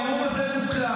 הנאום הזה מוקלט.